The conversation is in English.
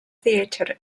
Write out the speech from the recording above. theatre